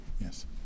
Yes